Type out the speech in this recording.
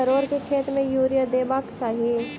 परोर केँ खेत मे यूरिया देबाक चही?